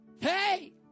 Hey